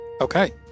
Okay